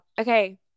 Okay